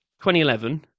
2011